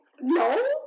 No